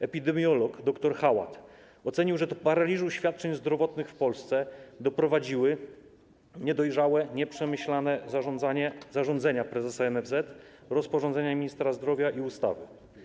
Epidemiolog dr Hałat ocenił, że do paraliżu świadczeń zdrowotnych w Polsce doprowadziły niedojrzałe, nieprzemyślane zarządzenia prezesa NFZ, rozporządzenia ministra zdrowia i ustawy.